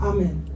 Amen